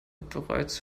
bereits